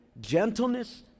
gentleness